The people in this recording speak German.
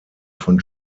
von